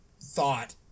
thought